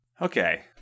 Okay